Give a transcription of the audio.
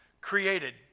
created